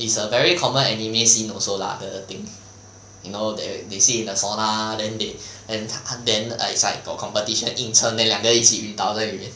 is a very common anime scene also lah the thing you know they they sit in the sauna then they then 他看 then is like got competition 硬撑 then 两个一起晕倒在里面